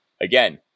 again